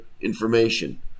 information